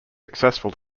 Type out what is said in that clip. successful